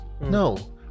No